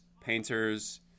painters